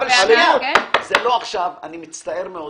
זה לא הדיון עכשיו, אני מצטער מאוד.